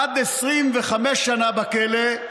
עד 25 שנה בכלא,